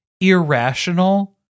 irrational